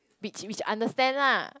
which which understand lah